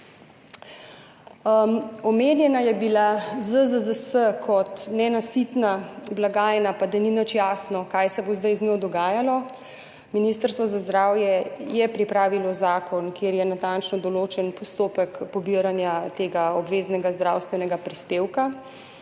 Omenjena je bila ZZZS kot nenasitna blagajna in da ni nič jasno, kaj se bo zdaj z njo dogajalo. Ministrstvo za zdravje je pripravilo zakon, kjer je natančno določen postopek pobiranja tega obveznega zdravstvenega prispevka.